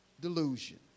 delusion